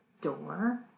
door